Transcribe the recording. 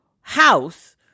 house